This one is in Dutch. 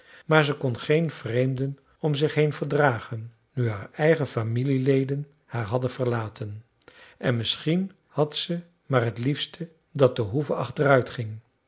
maar ze kon geen vreemden om zich heen verdragen nu haar eigen familieleden haar hadden verlaten en misschien had ze maar t liefste dat de hoeve achteruit ging